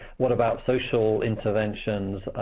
what about social interventions?